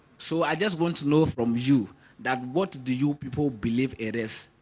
so i just want to know from you that what do you people believe it is?